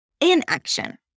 inaction